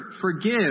forgive